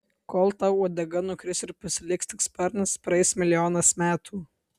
kol tau uodega nukris ir pasiliks tik sparnas praeis milijonas metų